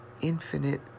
infinite